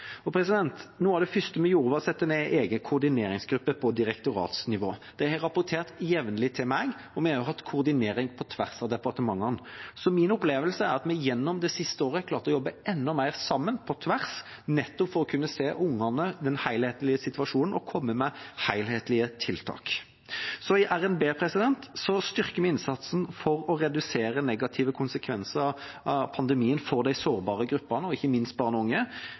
Noe av det første vi gjorde, var å sette ned en egen koordineringsgruppe på direktoratsnivå. De har rapportert jevnlig til meg, og vi har også hatt koordinering på tvers av departementene. Min opplevelse er at vi gjennom det siste året har klart å jobbe enda mer sammen på tvers, nettopp for å kunne se ungene og den helhetlige situasjonen og komme med helhetlige tiltak. I revidert nasjonalbudsjett styrker vi innsatsen for å redusere negative konsekvenser av pandemien for de sårbare gruppene, og ikke minst barn og unge,